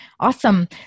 Awesome